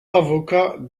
avocat